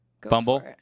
bumble